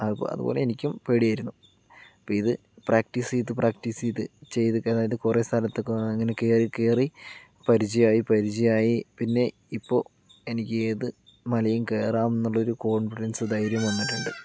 അതുപോ അതുപോലെ എനിക്കും പേടിയായിരുന്നു അപ്പോൾ ഇത് പ്രാക്റ്റീസ് ചെയ്ത് പ്രാക്റ്റീസ് ചെയ്ത് ചെയ്ത് അതായത് കുറേ സ്ഥലത്തൊക്കെ ഇങ്ങനെ കയറി കയറി പരിചയമായി പരിചയമായി പിന്നെ ഇപ്പോൾ എനിക്ക് ഏത് മലയും കയറാമെന്നുള്ളൊരു കോൺഫിഡൻസ് ധൈര്യവും വന്നിട്ടുണ്ട്